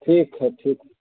ठीक है ठीक